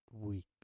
week